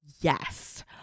yes